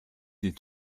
des